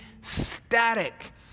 static